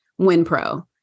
WinPro